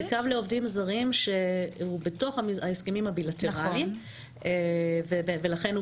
זה קו לעובדים זרים שהוא בתוך ההסכמים הבילטראליים ולכן הוא